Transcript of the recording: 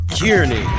Kearney